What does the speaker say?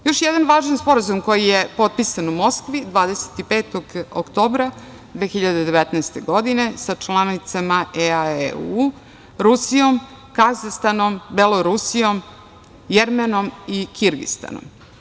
Još jedan važan sporazum koji je potpisan u Moskvi 25. oktobra 2019. godine sa članicama EA, EU, Rusijom, Kazahstanom, Belorusijom, Jermenijom i Kirgistanom.